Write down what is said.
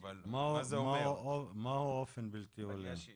בזק, חברת חשמל.